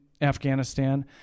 Afghanistan